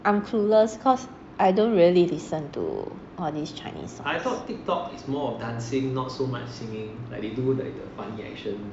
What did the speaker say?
I'm clueless cause I don't really listen to all these chinese songs